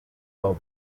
club